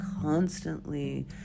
Constantly